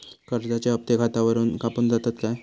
कर्जाचे हप्ते खातावरून कापून जातत काय?